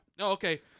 okay